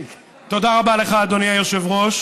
תודה רבה לך, אדוני היושב-ראש.